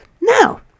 Now